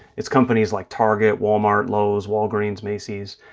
it's companies like target, walmart, lowe's, walgreens, macy's.